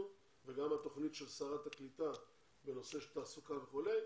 וגם על תוכנית שרת הקליטה בנושא של תעסוקה וכולי.